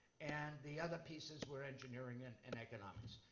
and the other pieces were engineering and and economics.